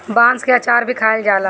बांस के अचार भी खाएल जाला